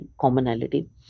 commonality